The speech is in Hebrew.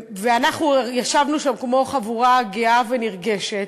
אנחנו ישבנו שם כמו חבורה גאה ונרגשת,